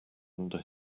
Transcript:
under